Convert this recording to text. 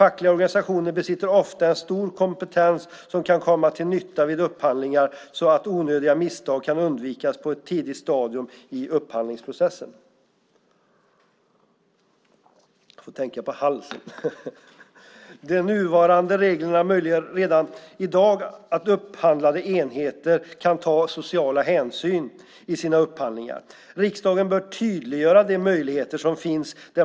Fackliga organisationer besitter ofta en stor kompetens som kan komma till nytta vid upphandlingar, så att onödiga misstag kan undvikas på ett tidigt stadium i upphandlingsprocessen. Reglerna möjliggör redan i dag att upphandlande enheter tar sociala hänsyn i sina upphandlingar. Riksdagen bör tydliggöra de möjligheter som finns.